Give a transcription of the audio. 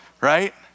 right